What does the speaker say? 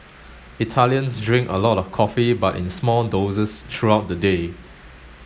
Italians drink a lot of coffee but in small doses throughout the day